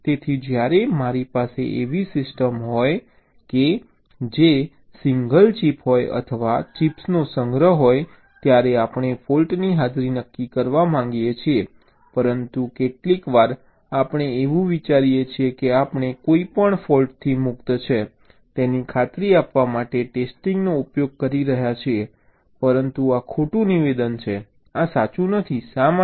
તેથી જ્યારે મારી પાસે એવી સિસ્ટમ હોય કે જે સિંગલ ચિપ હોય અથવા ચિપ્સનો સંગ્રહ હોય ત્યારે આપણે ફૉલ્ટની હાજરી નક્કી કરવા માંગીએ છીએ પરંતુ કેટલીક વાર આપણે એવું વિચારીએ છીએ કે આપણે કોઈ પણ ફૉલ્ટથી મુક્ત છે તેની ખાતરી આપવા માટે ટેસ્ટિંગનો ઉપયોગ કરી રહ્યા છીએ પરંતુ આ ખોટું નિવેદન છે આ સાચું નથી શા માટે